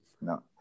No